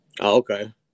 Okay